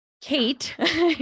Kate